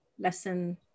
lesson